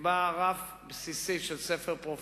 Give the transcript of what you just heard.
נקבע רף בסיסי של ספר פרופילים,